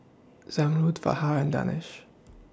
Zamrud Fahar and Danish